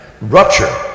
rupture